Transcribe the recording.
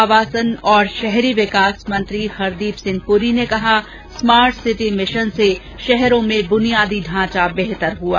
आवासन और शहरी विकास मंत्री हरदीप सिंह पुरी ने कहा स्मार्ट सिटी मिशन से शहरों में बुनियादी ढांचा बेहतर हुआ